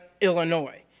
Illinois